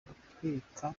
gutwika